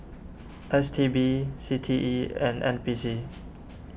S T B C T E and N P C